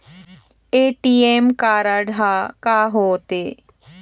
ATM card हा का होते?